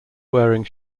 wearing